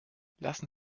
lassen